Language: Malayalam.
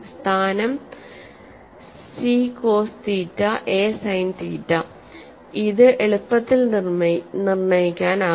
സ്ഥാനം C cos theta A sine theta ഇത് എളുപ്പത്തിൽ നിർണ്ണയിക്കാനാകും